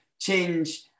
change